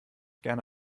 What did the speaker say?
gerne